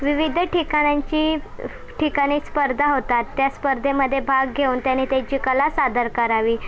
विविध ठिकाणांची ठिकाणी स्पर्धा होतात त्या स्पर्धेमध्ये भाग घेऊन त्याने त्याची कला सादर करावी